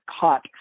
caught